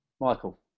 Michael